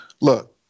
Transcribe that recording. look